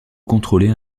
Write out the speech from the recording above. contrôler